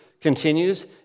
continues